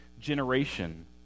generation